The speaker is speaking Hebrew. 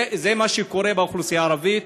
זה מה שקורה באוכלוסייה הערבית.